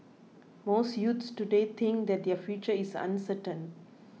most youths today think that their future is uncertain